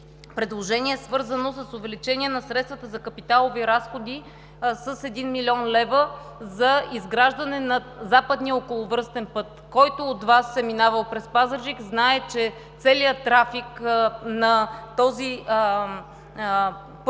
предложение е свързано с увеличение на средствата за капиталови разходи с един милион лева за изграждане на Западния околовръстен път. Който от Вас е минавал през Пазарджик знае, че целият трафик на този път